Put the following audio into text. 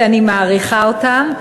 אני מעריכה אותם,